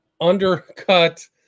undercut